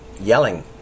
yelling